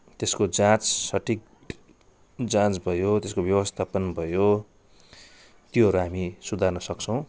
त्यसको जाँच सठिक जाँच भयो त्यसको व्यवस्थापन भयो त्योहरू हामी सुधार्न सक्छौँ